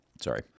Sorry